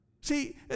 See